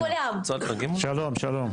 שלום,